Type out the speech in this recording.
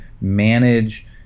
manage